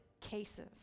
cases